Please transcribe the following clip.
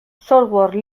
software